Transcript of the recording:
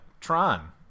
Tron